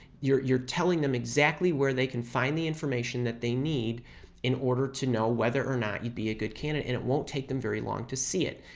you're you're telling them exactly where they can find the information that they need in order to know whether or not you'd be a could candidate, and it won't take them very long to see it.